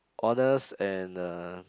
honest and uh